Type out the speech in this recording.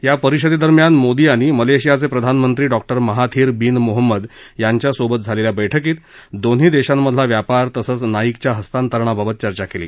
या परिषदेदरम्यान मोदी यांनी मलेशियाचे प्रधानमंत्री डॉक्टर महाथीर बीन मोहम्मद यांच्या सोबत झालेल्या बैठकीत दोन्ही देशांमधला व्यापार तसच नाईकच्या हस्तांतरणाबाबत चर्चा केली